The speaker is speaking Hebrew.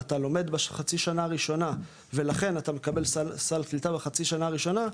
אתה לומד בחצי שנה הראשונה ולכן אתה מקבל סל קליטה בחצי שנה הראשונה,